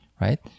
right